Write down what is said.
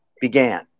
began